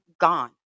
gone